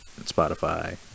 Spotify